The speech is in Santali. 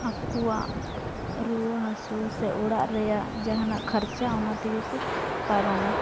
ᱟᱠᱚᱣᱟᱜ ᱨᱩᱣᱟᱹ ᱦᱟᱹᱥᱩ ᱥᱮ ᱚᱲᱟᱜ ᱨᱮᱭᱟᱜ ᱡᱟᱦᱟᱱᱟᱜ ᱠᱷᱟᱨᱪᱟ ᱚᱱᱟ ᱛᱮᱜᱮ ᱠᱚ ᱯᱟᱨᱚᱢᱟ